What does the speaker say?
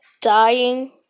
dying